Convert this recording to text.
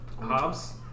Hobbs